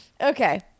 Okay